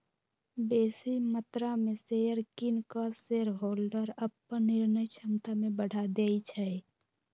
बेशी मत्रा में शेयर किन कऽ शेरहोल्डर अप्पन निर्णय क्षमता में बढ़ा देइ छै